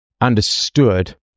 understood